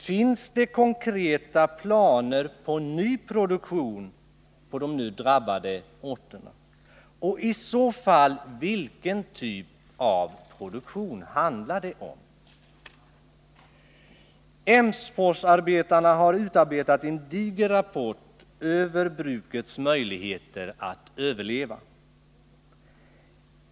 Finns det konkreta planer på ny produktion på de nu drabbade orterna, och vilken typ av produktion handlar det i så fall om? Emsforsarbetarna har utarbetat en diger rapport över brukets möjligheter att överleva.